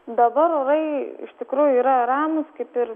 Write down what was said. dabar orai iš tikrųjų yra ramūs kaip ir